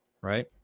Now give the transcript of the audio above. right